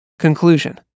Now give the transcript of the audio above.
Conclusion